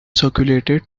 circulated